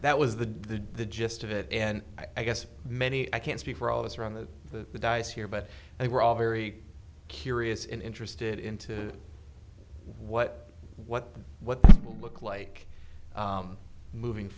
that was the the gist of it and i guess many i can't speak for all of us around the the dice here but they were all very curious and interested into what what what will look like moving